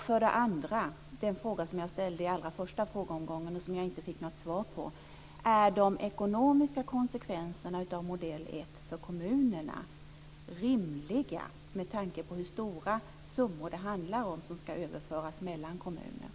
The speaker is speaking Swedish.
För det andra den fråga som jag ställde i allra första frågeomgången och som jag inte fick något svar på: Är de ekonomiska konsekvenserna av modell ett för kommunerna rimliga med tanke på hur stora summor det handlar om som ska överföras mellan kommuner?